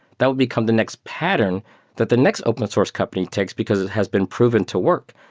that will become the next pattern that the next open source company takes because it has been proven to work.